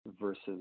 versus